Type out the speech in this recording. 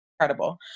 incredible